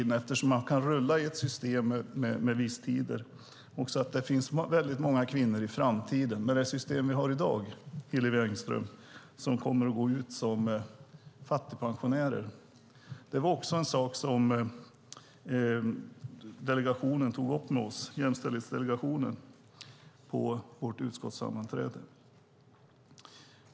Eftersom man kan rulla med ett system med visstider leder det till att det finns många kvinnor i framtiden som, med det system vi har i dag, Hillevi Engström, kommer att gå ut som fattigpensionärer. Det var en sak som Jämställdhetsdelegationen tog upp med oss på vårt utskottssammanträde.